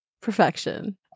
Perfection